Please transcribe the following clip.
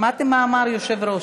שמעתם מה אמר היושב-ראש.